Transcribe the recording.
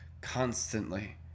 constantly